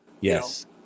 Yes